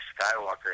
Skywalker